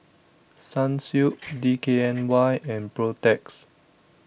Sunsilk D K N Y and Protex